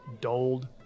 dulled